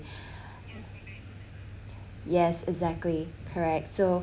yes exactly correct so